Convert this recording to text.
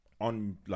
on